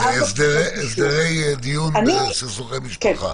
--- דיברנו על זה, הסדרי דיון בסכסוכי משפחה.